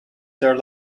there